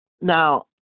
Now